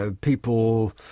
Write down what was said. People